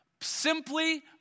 simply